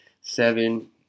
seven